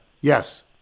Yes